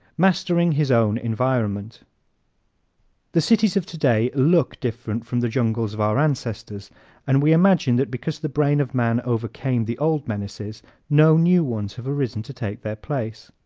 mastering his own environment the cities of today look different from the jungles of our ancestors and we imagine that because the brain of man overcame the old menaces no new ones have arisen to take their place.